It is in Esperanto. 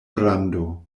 grando